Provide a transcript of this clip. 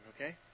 okay